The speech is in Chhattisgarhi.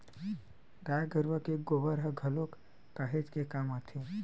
गाय गरुवा के गोबर ह घलोक काहेच के काम आथे